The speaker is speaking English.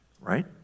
right